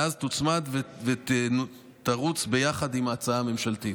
ואז תוצמד ותרוץ ביחד עם ההצעה הממשלתית.